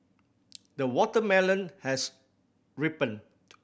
the watermelon has ripened